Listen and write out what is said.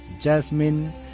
Jasmine